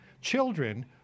children